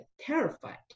terrified